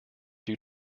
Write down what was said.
due